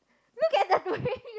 look at the way you